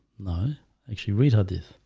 no actually read her this.